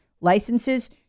licenses